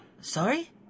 Sorry